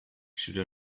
should